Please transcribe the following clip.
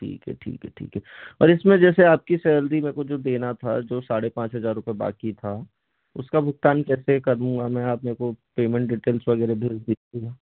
ठीक है ठीक है ठीक है और इसमें जैसे आपकी सैलरी मेरे को जो देना था जो साढ़े पाँच हजार रुपये बाकी था उसका भुगतान कैसे करूँ मैं आप मेरे को पेमेंट डिटेल्स वगैरह भेज दो फिर